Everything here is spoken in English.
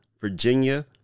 Virginia